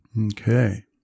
Okay